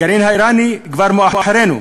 הגרעין האיראני כבר מאחורינו,